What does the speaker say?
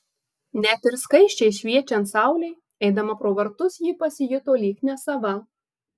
net ir skaisčiai šviečiant saulei eidama pro vartus ji pasijuto lyg nesava